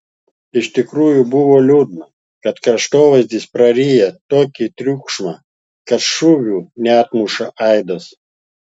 iš tikrųjų buvo liūdna kad kraštovaizdis praryja tokį triukšmą kad šūvių neatmuša aidas